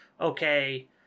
Okay